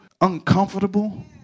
uncomfortable